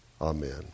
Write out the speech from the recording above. Amen